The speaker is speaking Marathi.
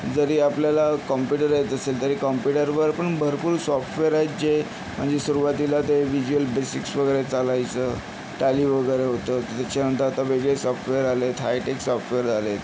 जरी आपल्याला कॉम्प्युटर येत असेल तरी कॉम्प्युटरवर पण भरपूर सॉफ्टवेअर आहेत जे म्हणजे सुरवातीला ते विज्युअल बेसिक्स वगैरे चालायचं टॅली वगैरे होतं त्याच्यानंतर आता वेगळे सॉफ्टवेअर आले आहेत हायटेक सॉफ्टवेअर्स आले आहेत